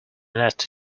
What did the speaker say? nasty